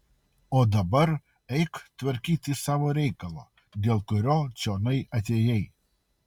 o dabar eik tvarkyti savo reikalo dėl kurio čionai atėjai